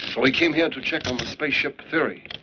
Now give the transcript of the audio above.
so we came here to check on the spaceship theory.